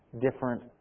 different